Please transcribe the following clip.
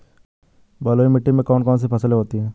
बलुई मिट्टी में कौन कौन सी फसलें होती हैं?